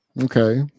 Okay